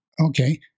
Okay